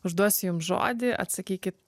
užduosiu jum žodį atsakykit